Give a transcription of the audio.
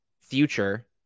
future